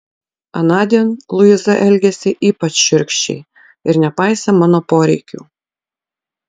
anądien luiza elgėsi ypač šiurkščiai ir nepaisė mano poreikių